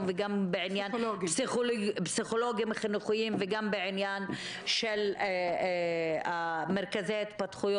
ובעניין פסיכולוגים חינוכיים ועניין מרכזי התפתחות